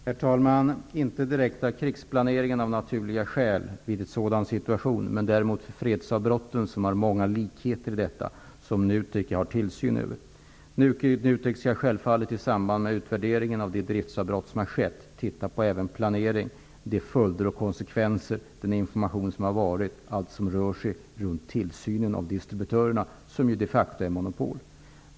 Herr talman! Av naturliga skäl vet jag inte direkt något om krigsplaneringen, men däremot känner jag till fredsavbrotten, som liknar krigsavbrotten och som NUTEK sköter tillsynen av. NUTEK skall självfallet i samband med utvärderingen av de driftavbrott som har skett även studera planeringen samt den information som har givits, alltså allt som rör tillsynen av distributörerna.